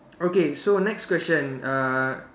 okay so next question uh